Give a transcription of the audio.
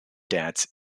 dance